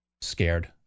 scared